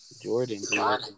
Jordan